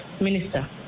minister